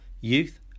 youth